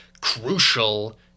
crucial